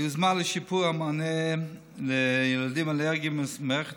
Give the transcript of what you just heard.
היוזמה לשיפור המענה לילדים אלרגיים במערכת